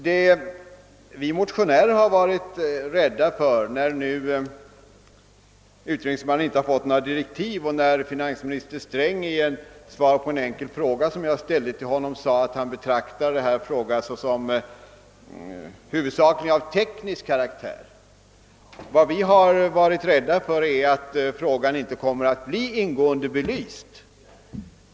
Utredningsmannen har som sagt inte fått några direktiv, och finansminister Sträng sade i svar på en enkel fråga, som jag ställt till honom, att han betraktade detta ärende som varande av huvudsaklig teknisk karaktär. Vad vi motionärer därför är rädda för är att frågan inte kommer att bli ingående belyst.